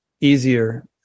easier